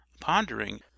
Pondering